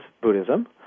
Buddhism